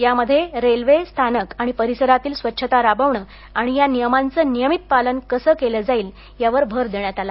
यामध्ये रेल्वे स्थानक आणि परिसरांतील स्वच्छता राबवणं आणि या नियमांचे नियमित पालन कसं केलं जाईल यावर भर देण्यात आला